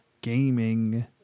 Gaming